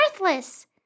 worthless